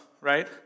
right